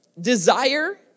Desire